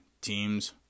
teams